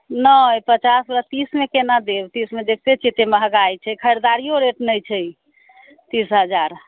नहि पचास बला तीस मे केना देब तीस मे देखते छियै एते महगाइ छै खरीदारिओ रेट नहि छै तीस हजार